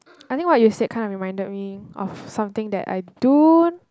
I think what you said kind of reminded me of something that I don't